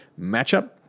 matchup